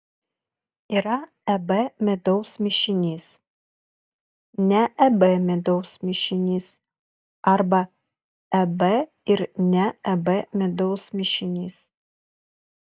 yra eb medaus mišinys ne eb medaus mišinys arba eb ir ne eb medaus mišinys